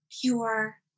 pure